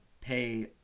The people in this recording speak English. pay